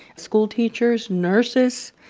school teachers, nurses.